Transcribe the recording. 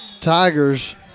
Tigers